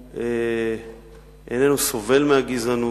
שאיננו סובל מהגזענות.